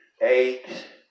eight